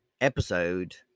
episode